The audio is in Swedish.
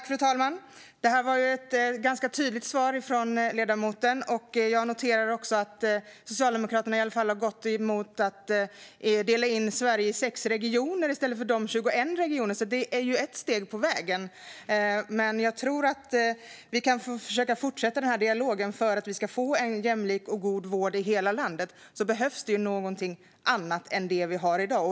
Fru talman! Det var ju ett ganska tydligt svar från ledamoten. Jag noterar att Socialdemokraterna i alla fall har gått mot att dela in Sverige i 6 regioner i stället för dagens 21. Det är ju ett steg på vägen. Jag tror att vi måste fortsätta den här dialogen. För att vi ska få jämlik och god vård behövs det något annat än det vi har i dag.